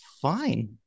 fine